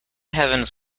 heavens